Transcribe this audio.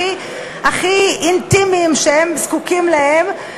הכי אינטימיים שהם זקוקים להם,